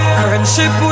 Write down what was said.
friendship